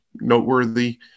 noteworthy